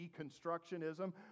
deconstructionism